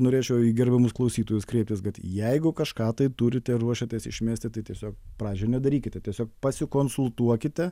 norėčiau į gerbiamus klausytojus kreiptis kad jeigu kažką tai turite ir ruošiatės išmesti tai tiesiog pradžioj nedarykite tiesiog pasikonsultuokite